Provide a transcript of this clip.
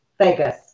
Vegas